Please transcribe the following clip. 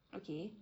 okay